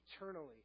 eternally